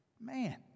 Man